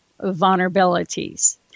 vulnerabilities